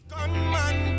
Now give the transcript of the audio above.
Gunman